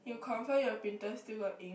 you confirm your printer still got ink